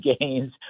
gains